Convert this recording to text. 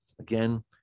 Again